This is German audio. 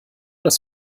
das